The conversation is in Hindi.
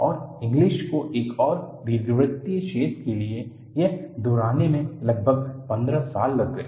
और इंग्लिस को एक दीर्घवृत्तीय छेद के लिए यह दोहराने में लगभग पंद्रह साल लग गए